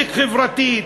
צדק חברתי,